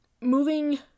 moving